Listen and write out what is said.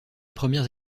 premières